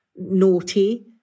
Naughty